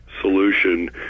solution